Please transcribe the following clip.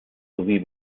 sowie